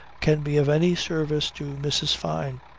can be of any service to mrs. fyne.